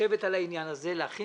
לשבת על העניין הזה, להכין